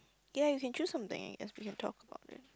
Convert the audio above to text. ya you can choose something as we can talk about it